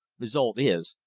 result is,